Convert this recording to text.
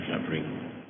suffering